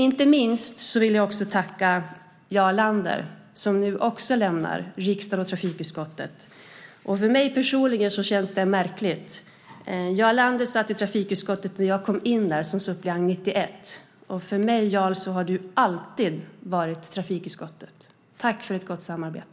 Inte minst vill jag också tacka Jarl Lander, som nu också lämnar riksdagen och trafikutskottet. För mig personligen känns det märkligt. Jarl Lander satt i trafikutskottet när jag kom in som suppleant där 1991. För mig, Jarl, har du alltid varit trafikutskottet. Tack för ett gott samarbete!